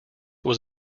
was